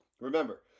Remember